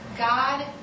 God